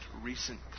recent